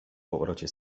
powrocie